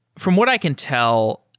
from what i can tell,